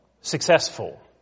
Successful